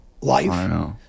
life